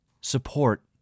Support